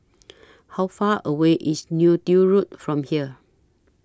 How Far away IS Neo Tiew Road from here